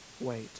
wait